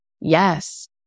Yes